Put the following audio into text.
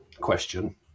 question